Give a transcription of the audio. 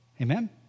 Amen